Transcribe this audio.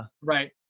Right